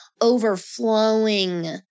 overflowing